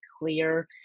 clear